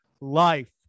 life